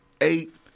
eight